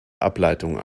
ableitung